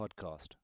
podcast